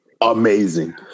amazing